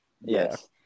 Yes